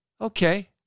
Okay